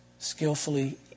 skillfully